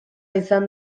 izan